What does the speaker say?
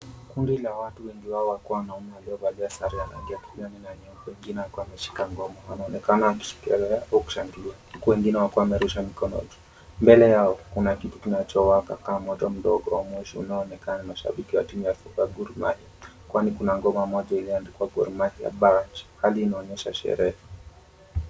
Kundi la watu wengi wao wakiwa wanaume waliovalia sare ya rangi ya kijani na wengine wakiwa wameshika ngome, wanaonekana wakisherekea au kushangilia huku wengine wakiwa wamerusha mikono juu. Mbele yao kuna kitu kinachowaka kama moto mdogo wa moshi unaoonekana. Mashabiki wa timu ya Gor Mahia kwani kuna ngome moja iliyoandikwa "GOR MAHIA BRANCH". Hli inaonyesha sherehe.